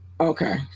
Okay